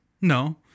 No